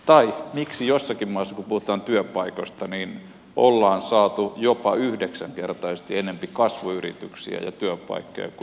tai miksi joissakin maissa kun puhutaan työpaikoista on saatu jopa yhdeksän kertaa enempi kasvuyrityksiä ja työpaikkoja kuin suomessa